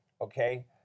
Okay